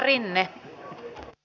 arvoisa puhemies